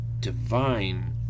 divine